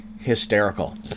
hysterical